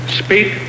speak